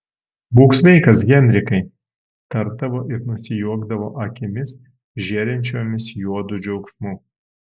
būk sveikas henrikai tardavo ir nusijuokdavo akimis žėrinčiomis juodu džiaugsmu